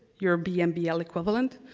your bmbl equivalent.